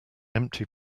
empty